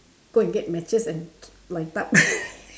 go and get matches and light up